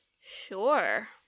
Sure